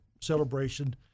celebration